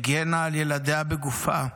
הגנה על ילדיה בגופה,